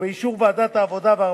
ובאישור ועדת העבודה,